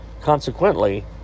Consequently